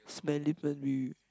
smelly belly